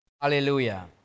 Hallelujah